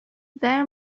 there